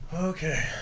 okay